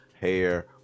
hair